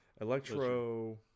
Electro